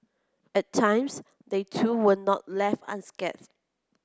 at times they too were not left unscathed